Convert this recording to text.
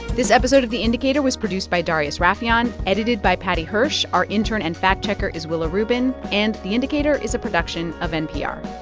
this episode of the indicator was produced by darius rafieyan, edited by paddy hirsch. our intern and fact-checker is willa rubin, and the indicator is a production of npr